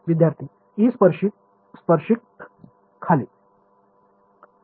विद्यार्थीः E स्पर्शिक खाली